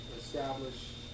establish